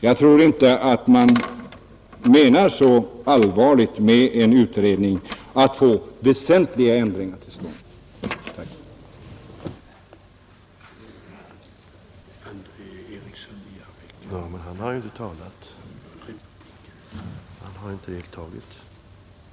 Jag tror inte att man allvarligt menar att få väsentliga ändringar till stånd med en utredning.